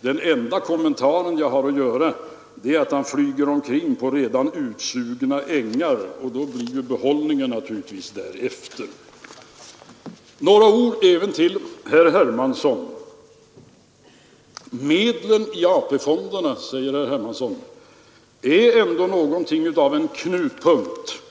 Den enda kommentar jag har att göra är att han flyger omkring på redan utsugna ängar, och då blir ju behållningen naturligtvis därefter. Några ord även till herr Hermansson! Medlen i AP-fonderna, sade herr Hermansson, är ändå någonting av en knutpunkt